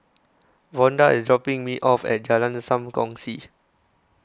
Vonda is dropping me off at Jalan Sam Kongsi